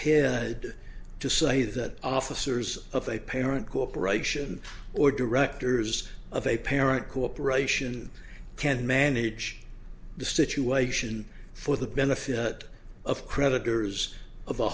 head to say that officers of a parent corporation or directors of a parent corporation can manage the situation for the benefit of creditors